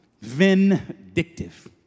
Vindictive